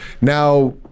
Now